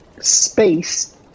space